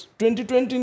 2020